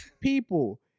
people